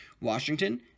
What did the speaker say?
Washington